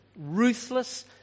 ruthless